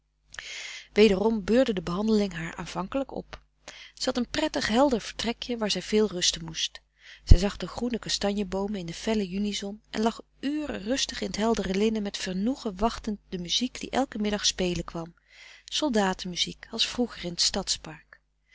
wederom beurde de behandeling haar aanvankelijk op zij had een prettig helder vertrekje waar zij veel rusten moest zij zag de groene kastanjeboomen in de felle juni zon en lag uren rustig in t heldere linnen met vernoegen wachtend de muziek die elken middag spelen kwam soldatenmuziek als vroeger in t stadspark